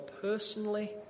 personally